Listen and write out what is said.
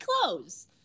clothes